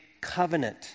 covenant